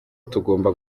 tugomba